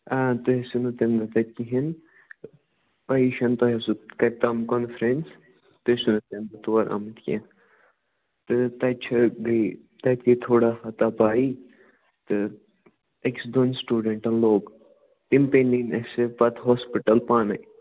آ تُہۍ ٲسِو نہٕ تَمہِ دۄہ تتہِ کہیٖنٛۍ پیی چھَ نہٕ تۄہہ ٲسوٕ کتہِ تام کانفرینس تُہۍ ٲسوٕ نہٕ تَمہِ دۄہ تور آمٕتۍ کیٚنٛہہ تہٕ تتہِ چھِ بیٚیہِ تتہِ گٔے تھوڑا ہاتا پاٮٔی تہٕ أکِس دۄن سٹوڈنٛٹن لوٚگ تِم پیٚیہ نِنۍ اَسہِ پتہٕ ہاسپِٹل پانے